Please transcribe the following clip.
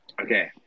okay